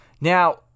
Now